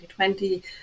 2020